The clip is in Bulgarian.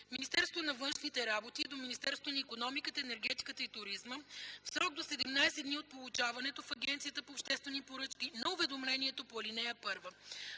Министерството на външните работи и до Министерството на икономиката, енергетиката и туризма в срок до 17 дни от получаването в Агенцията по обществени поръчки на уведомлението по ал. 1.